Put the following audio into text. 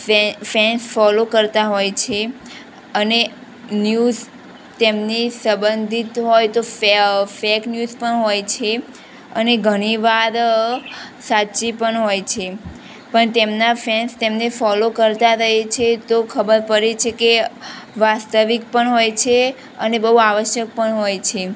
fan follow કરતા હોય છે અને ન્યૂઝ તેમની સબંધિત હોય તો ફેક ન્યૂઝ પણ હોય છે અને ઘણીવાર સાચી પણ હોય છે પણ તેમના ફેન્સ તેમને ફોલો કરતા રહે છે તો ખબર પડે છે કે વાસ્તવિક પણ હોય છે અને બહુ આવશ્યક પણ હોય છે